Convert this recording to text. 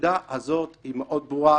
העמדה הזאת מאוד ברורה: